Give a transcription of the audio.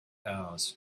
hours